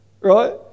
right